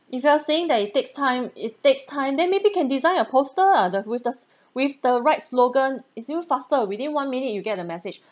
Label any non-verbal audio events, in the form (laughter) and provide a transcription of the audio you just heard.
if you are saying that it takes time it takes time then maybe can design a poster ah the with the (breath) with the right slogan it's even faster within one minute you get the message